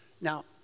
Now